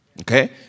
Okay